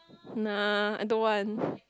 nah I don't want